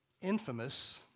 infamous